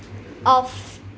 of